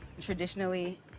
traditionally